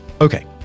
Okay